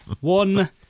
One